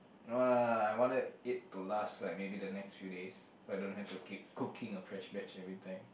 [wah] I want to it to last like maybe the next few days so I don't have to keep cooking a fresh batch everything